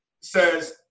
says